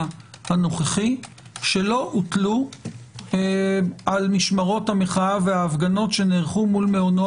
הנוכחי שלא הוטלו על משמרות המחאה וההפגנות שנערכו מול מעונו